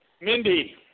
Mindy